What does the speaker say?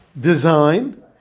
design